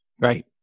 Right